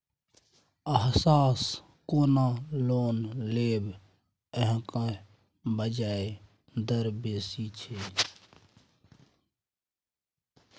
अहाँसँ कोना लोन लेब अहाँक ब्याजे दर बेसी यै